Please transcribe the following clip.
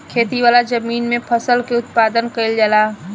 खेती वाला जमीन में फसल के उत्पादन कईल जाला